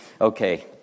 Okay